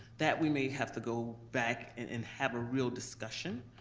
that we may have to go back and and have a real discussion.